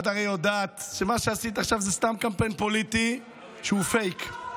את הרי יודעת שמה שעשית עכשיו זה סתם קמפיין פוליטי שהוא פייק.